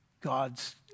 God's